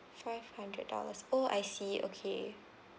five hundred dollars oh I see okay